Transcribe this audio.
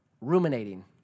Ruminating